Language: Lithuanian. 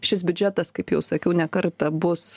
šis biudžetas kaip jau sakiau ne kartą bus